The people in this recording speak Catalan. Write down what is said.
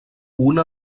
una